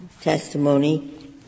testimony